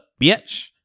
bitch